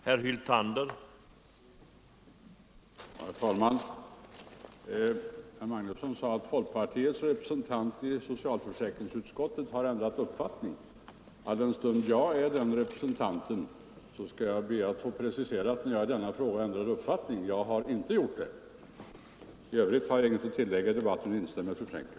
Herr talman! Herr Magnusson sade att folkpartiets representant i socialförsäkringsutskottet har ändrat uppfattning. Alldenstund jag är den representanten skall jag be att få preciserat när jag i denna fråga ändrade uppfattning. Jag har inte gjort det! I övrigt har jag inget att tillägga i debatten — jag instämmer med fru Frenkel.